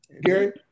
Gary